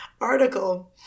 article